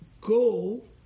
go